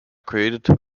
created